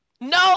No